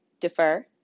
defer